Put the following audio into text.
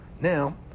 Now